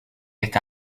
est